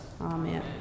Amen